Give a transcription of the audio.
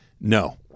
no